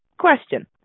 question